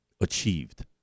achieved